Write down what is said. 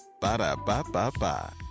Ba-da-ba-ba-ba